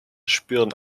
spüren